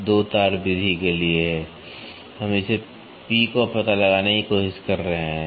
तो यह 2 तार विधि के लिए है हम इस P का पता लगाने की कोशिश कर रहे हैं